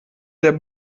der